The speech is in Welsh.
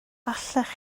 allech